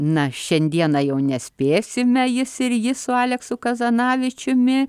na šiandieną jau nespėsime jis ir ji su aleksu kazanavičiumi